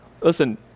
listen